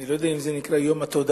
אני לא יודע אם זה נקרא "יום התודעה",